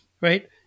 right